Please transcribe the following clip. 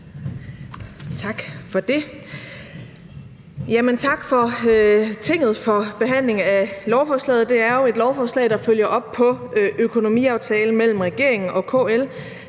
Tak for det. Tak til Tinget for behandlingen af lovforslaget. Det er jo et lovforslag, der følger op på økonomiaftalen mellem regeringen og KL